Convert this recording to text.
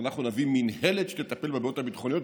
ואנחנו נביא מינהלת שתטפל בבעיות הביטחוניות,